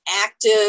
active